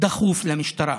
דחוף למשטרה.